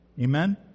Amen